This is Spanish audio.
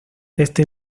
éste